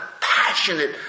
passionate